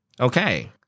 Okay